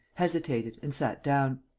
hesitated and sat down.